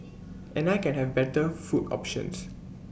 and I can have better food options